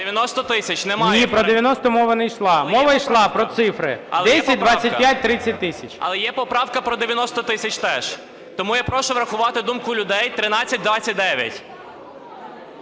Ні, про 90 мова не йшла. Мова йшла про цифри: 10, 25, 30 тисяч. ЛОЗИНСЬКИЙ Р.М. Але є поправка про 90 тисяч теж. Тому я прошу врахувати думку людей. 1329.